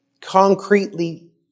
concretely